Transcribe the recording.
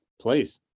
please